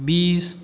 बीस